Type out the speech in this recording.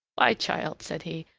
why, child, said he,